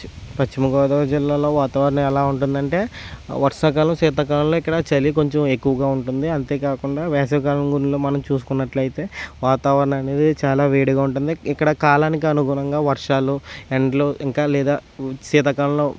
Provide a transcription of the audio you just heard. పశ్చిమ గోదావరి జిల్లాలో వాతావరణం ఎలా ఉంటుందంటే వర్షాకాలం శీతాకాలంలో ఇక్కడ చలి కొంచెం ఎక్కువగా ఉంటుంది అంతేకాకుండా వేసవికాలంలో కనుక మనం చూసుకున్నట్లయితే వాతావరణం అనేది చాలా వేడిగా ఉంటుంది ఇక్కడ కాలానికి అనుగుణంగా వర్షాలు ఎండలు ఇంకా లేదా శీతాకాలంలో